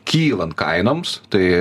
kylant kainoms tai